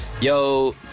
Yo